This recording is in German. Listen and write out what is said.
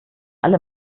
alle